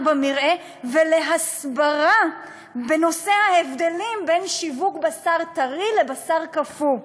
במרעה ולהסברה בנושא ההבדלים בין שיווק בשר טרי לבשר קפוא.